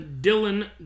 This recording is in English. Dylan